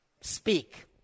speak